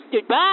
Goodbye